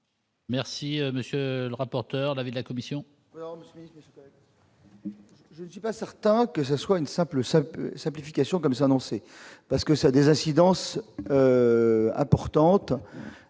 Merci, monsieur le rapporteur de l'avis de la commission. Je ne suis pas certain que ça soit une simple ça simplification comme ça, non, c'est parce que ça a des incidences importantes